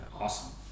Awesome